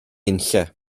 unlle